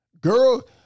girl